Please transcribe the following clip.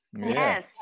Yes